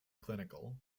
clinical